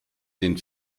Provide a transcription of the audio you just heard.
den